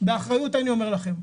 באחריות אני אומר לכם.